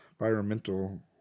environmental